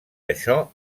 això